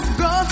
go